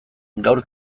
gaur